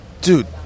Dude